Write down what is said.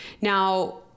Now